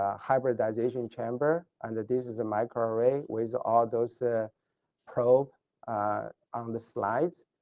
ah hybridization chamber and this is a microarray with all those probes on the slide.